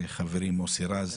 חברי מוסי רז,